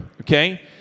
Okay